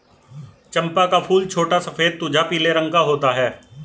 चंपा का फूल छोटा सफेद तुझा पीले रंग का होता है